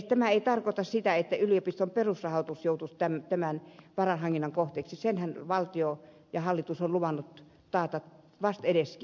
tämä ei tarkoita sitä että yliopiston perusrahoitus joutuisi tämän varainhankinnan kohteeksi senhän valtio ja hallitus on luvannut taata vastedeskin